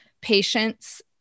patient's